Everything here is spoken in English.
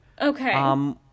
Okay